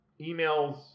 emails